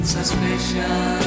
Suspicion